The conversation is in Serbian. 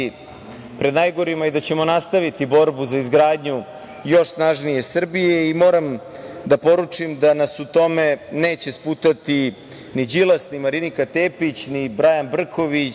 i da ćemo nastaviti borbu za izgradnju još snažnije Srbije. Moram da poručim da nas u tome neće sputati ni Đilas, ni Marinika Tepić, ni Brajan Brković,